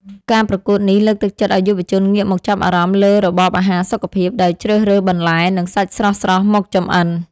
ការប្រកួតនេះលើកទឹកចិត្តឱ្យយុវជនងាកមកចាប់អារម្មណ៍លើរបបអាហារសុខភាព ដោយជ្រើសរើសបន្លែ និងសាច់ស្រស់ៗមកចម្អិន។